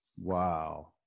Wow